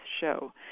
show